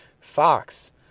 Fox